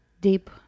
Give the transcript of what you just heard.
deep